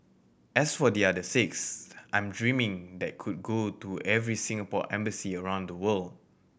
as for the other six I'm dreaming that could go to every Singapore embassy around the world